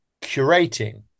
curating